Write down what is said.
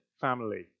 family